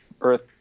earth